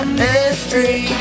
mystery